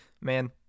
man